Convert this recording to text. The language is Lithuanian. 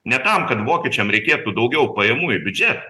ne tam kad vokiečiam reikėtų daugiau pajamų į biudžetą